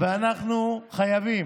ואנחנו חייבים,